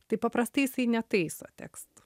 tai paprastai jisai netaiso tekstų